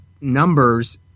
numbers